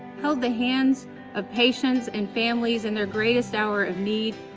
held the hands of patients and families in their greatest hour of need,